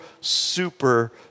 super